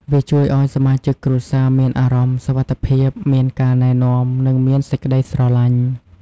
វាជួយឲ្យសមាជិកគ្រួសារមានអារម្មណ៍ សុវត្ថិភាព មានការណែនាំ និងមានសេចក្តីស្រលាញ់។